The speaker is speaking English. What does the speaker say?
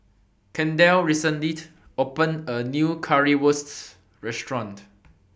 Kendell recently opened A New Currywurst Restaurant